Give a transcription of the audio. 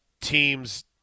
teams –